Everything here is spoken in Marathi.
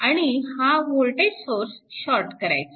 आणि हा वोल्टेज सोर्स शॉर्ट करायचा